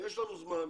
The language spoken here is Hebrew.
יש לנו זמן.